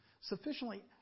sufficiently